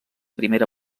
primera